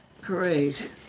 Great